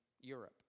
Europe